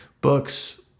books